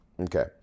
Okay